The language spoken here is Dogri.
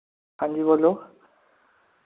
हांजी बोल्लो